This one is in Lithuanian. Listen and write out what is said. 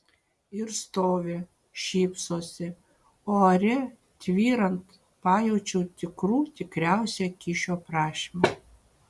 ir stovi šypsosi o ore tvyrant pajaučiau tikrų tikriausią kyšio prašymą